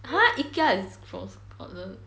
!huh! Ikea is from scotland